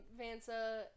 Vansa